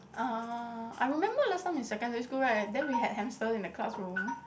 uh I remember last time in secondary school right then we had hamster in the classroom